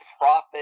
profit